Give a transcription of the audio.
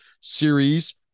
series